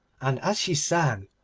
and as she sang,